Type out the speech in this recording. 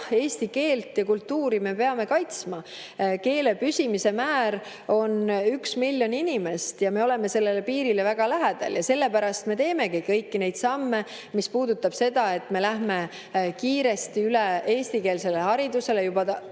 eesti keelt ja kultuuri me peame kaitsma. Keele püsimise määr on 1 miljon inimest ja me oleme sellele piirile väga lähedal. Sellepärast me teemegi kõiki neid samme, mis puudutab seda, et me läheme kiiresti üle eestikeelsele haridusele juba